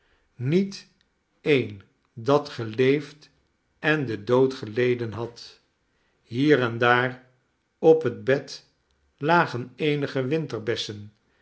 niet een dat geleefd en den dood geleden had hier en daar op het bed lagen eenige